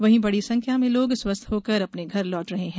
वहीं बड़ी संख्या में लोग स्वस्थ होकर अपने घर लौट रहे हैं